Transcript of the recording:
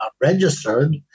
registered